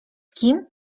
kim